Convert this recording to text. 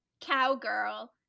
Cowgirl